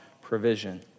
provision